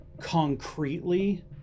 concretely